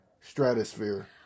stratosphere